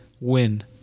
win